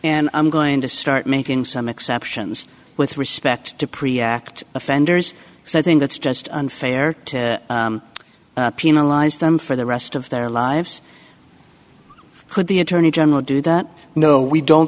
and i'm going to start making some exceptions with respect to pre x offenders so i think that's just unfair to penalize them for the rest of their lives could the attorney general do that no we don't